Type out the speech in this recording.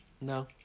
No